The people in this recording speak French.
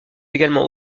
également